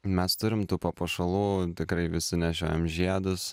mes turim tų papuošalų tikrai visi nešiojam žiedus